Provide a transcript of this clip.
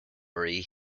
marie